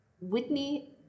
Whitney